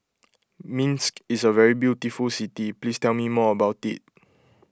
Minsk is a very beautiful city please tell me more about it